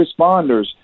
responders